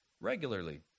regularly